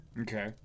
Okay